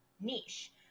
niche